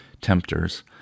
tempters